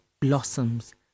blossoms